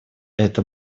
эта